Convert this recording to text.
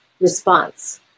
response